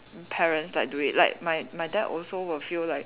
~parents like do it like my my dad also will feel like